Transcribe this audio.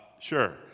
Sure